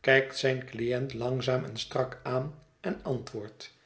kijkt zijn cliënt langzaam en strak aan en antwoordt